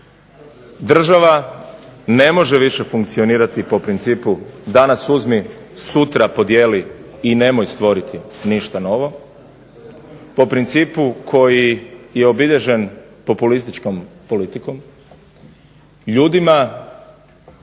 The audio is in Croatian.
Država ne može više funkcionirati po principu danas uzmi, sutra podijeli, i nemoj stvoriti ništa novo, po principu koji je obilježen populističkom politikom, ljudima